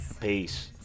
Peace